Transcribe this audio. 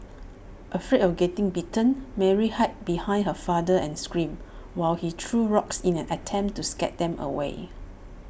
afraid of getting bitten Mary hide behind her father and screamed while he threw rocks in an attempt to scare them away